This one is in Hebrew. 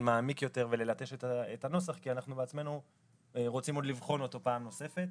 מעמיק יותר וללטש את הנוסח כי אנחנו בעצמנו רוצים לבחון אותו פעם נוספת,